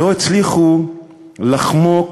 לא הצליחו לחמוק